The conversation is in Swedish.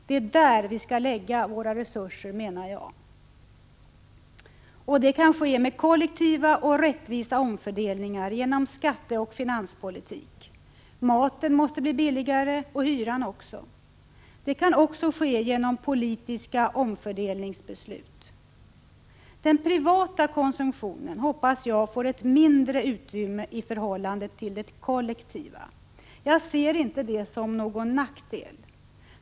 Det är där vi skall lägga dem, menar jag. Och det kan ske med kollektiva och rättvisa omfördelningar genom skatteoch finanspolitik. Maten måste bli billigare, och likaså hyran. Också det kan ske genom politiska beslut om omfördelning. Den privata konsumtionen hoppas jag får ett mindre utrymme i förhållande till det kollektiva. Jag ser inte det som någon nackdel.